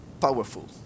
powerful